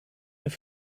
mehr